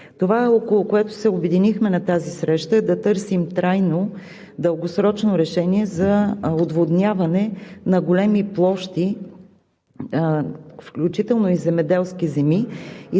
Това, около което се обединихме на тази среща, е да търсим трайно, дългосрочно решение за отводняване на големи площи, включително и земеделски земи.